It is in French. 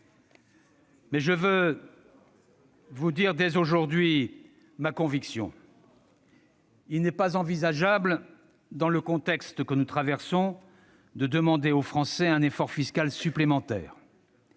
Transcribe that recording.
Mais je veux vous dire dès aujourd'hui ma conviction. Il n'est pas envisageable, dans le contexte que nous traversons, de demander aux Français un effort fiscal supplémentaire.